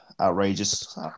outrageous